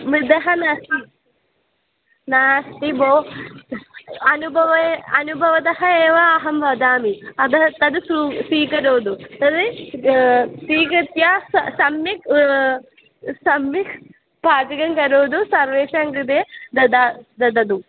मृदः नास्ति नास्ति भोः अनुभव अनुभवतः एव अहं वदामि अतः तद् सु स्वीकरोतु तर्हि स्वीकृत्य सम्यक् सम्यक् पाचकं करोतु सर्वेषां कृते ददातु ददातु